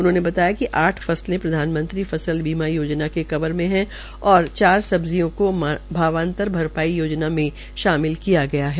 उन्होंने बताया कि आठ फसलें प्रधानमंत्री फसल बीमा योजना में कवर है और चार सब्जियों को भावांतर भरपाई योजना में शामिल किया गया है